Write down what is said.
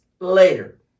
later